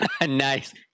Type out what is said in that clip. Nice